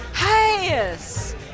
yes